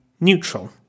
neutral